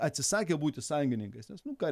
atsisakė būti sąjungininkais nes nu ką